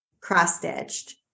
cross-stitched